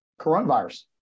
coronavirus